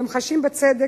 והם חשים, בצדק,